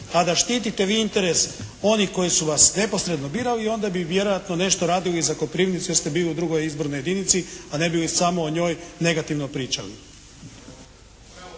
Pa da štite vi interes onih koji su vas neposredno birali onda bi vjerojatno nešto radili i za Koprivnicu jer ste bili u drugoj izbornoj jedinici, a ne bi samo o njoj negativno pričali.